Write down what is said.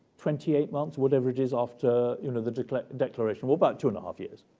twenty-eight months, whatever it is, after you know the declaration declaration of about two and a half years